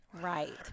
Right